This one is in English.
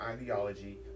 ideology